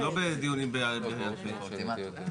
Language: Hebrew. אני מציע שאנחנו ננסה לטייב מנגנון מסוג כזה.